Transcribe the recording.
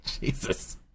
Jesus